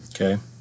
Okay